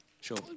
Sure